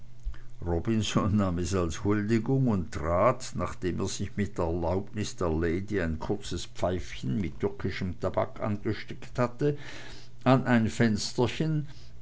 robinson nahm es als huldigung und trat nachdem er sich mit erlaubnis der lady ein kurzes pfeifchen mit türkischem tabak angesteckt hatte an ein fensterchen